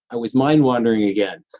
i was mind-wandering again,